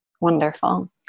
Wonderful